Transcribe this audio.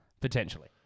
potentially